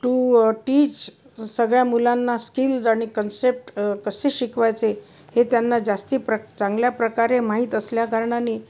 to teach सगळ्या मुलांना skills आणि कन्सेप्ट कसे शिकवायचे हे त्यांना जास्ती प्र चांगल्या प्रकारे माहीत असल्याकारणाने